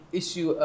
issue